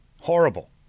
horrible